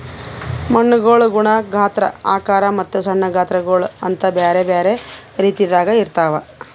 ಮಣ್ಣುಗೊಳ್ ಗುಣ, ಗಾತ್ರ, ಆಕಾರ ಮತ್ತ ಸಣ್ಣ ಗಾತ್ರಗೊಳ್ ಅಂತ್ ಬ್ಯಾರೆ ಬ್ಯಾರೆ ರೀತಿದಾಗ್ ಇರ್ತಾವ್